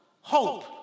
hope